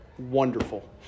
wonderful